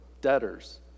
debtors